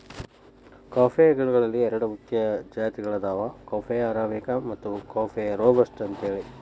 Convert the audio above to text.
coffee ಗಿಡಗಳಲ್ಲಿ ಎರಡು ಮುಖ್ಯ ಜಾತಿಗಳದಾವ ಕಾಫೇಯ ಅರಾಬಿಕ ಮತ್ತು ಕಾಫೇಯ ರೋಬಸ್ಟ ಅಂತೇಳಿ